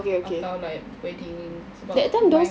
atau like wedding sebab my